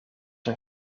een